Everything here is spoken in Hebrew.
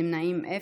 נמנעים,